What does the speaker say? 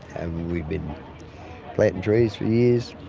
and we've been planting trees for years,